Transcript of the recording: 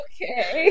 Okay